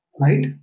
right